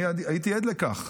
אני הייתי עד לכך.